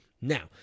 Now